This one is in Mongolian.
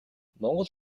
монгол